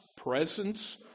presence